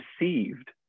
received